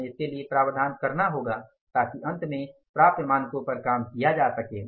हमें इसके लिए प्रावधान करना होगा ताकि अंत में प्राप्य मानकों पर काम किया जा सके